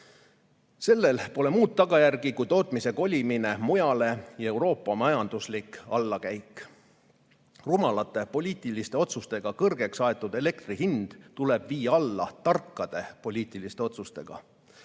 Sellel pole muid tagajärgi kui tootmise kolimine mujale ja Euroopa majanduslik allakäik. Rumalate poliitiliste otsustega kõrgeks aetud elektri hind tuleb viia alla tarkade poliitiliste otsustega.